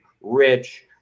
rich